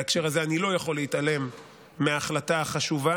בהקשר הזה אני לא יכול להתעלם מההחלטה החשובה,